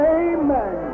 amen